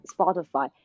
Spotify